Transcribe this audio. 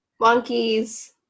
monkeys